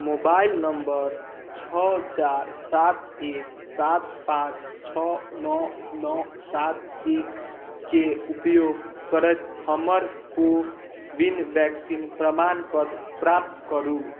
mobile number छओ चारि सात एक सात पांँच छओ नओ नओ सात एक के उपयोग करैत हमर को विन वैक्सीन प्रमाणपत्र प्राप्त करु